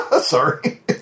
Sorry